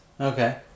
Okay